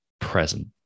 present